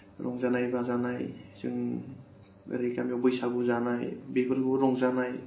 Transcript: रंजानाय बाजानाय जों ओरै गामियाव बैसागु जानाय बेफोरबो रंजानाय